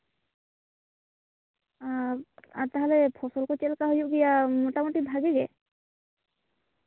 ᱟᱨ ᱛᱟᱦᱞᱮ ᱯᱷᱚᱥᱚᱞ ᱠᱚ ᱪᱮᱫ ᱞᱮᱠᱟ ᱦᱩᱭᱩᱜ ᱜᱮᱭᱟ ᱢᱳᱴᱟᱢᱩᱴᱤ ᱵᱷᱟᱹᱜᱤ ᱜᱮ